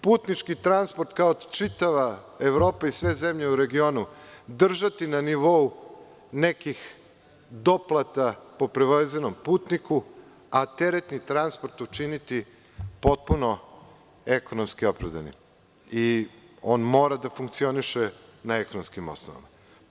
Putnički transport, kao čitava Evropa i sve zemlje u regionu, držati na nivou nekih doplata po prevezenom putniku, a teretni transport učiniti potpuno ekonomski opravdanim i on mora da funkcioniše na ekonomskim osnovama.